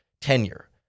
tenure